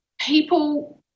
people